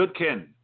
Goodkin